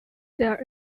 there